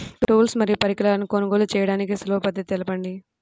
Tools మరియు పరికరాలను కొనుగోలు చేయడానికి సులభ పద్దతి తెలపండి?